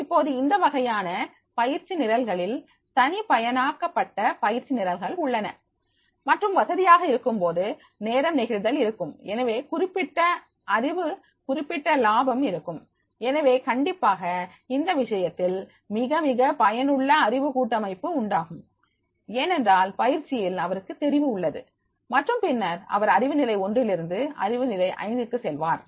இப்போது இந்த வகையான பயிற்சி நிரல்களில் தனிப்பயனாக்கப்பட்ட பயிற்சி நிரல்கள் உள்ளன மற்றும் வசதியாக இருக்கும் போது நேரம் நெகிழ்தல் இருக்கும் எனவே குறிப்பிட்ட அறிவு குறிப்பிட்ட லாபம் இருக்கும் எனவே கண்டிப்பாக இந்த விஷயத்தில் மிக மிக பயனுள்ள அறிவு கட்டமைப்பு உண்டாகும் ஏனென்றால் பயிற்சியில் அவருக்கு தெரிவு உள்ளது மற்றும் பின்னர் அவர் அறிவுநிலை ஒன்றிலிருந்து அறிவு நிலை 5 க்கு செல்வார்